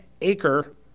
acre